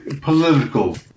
political